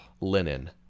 Linen